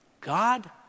God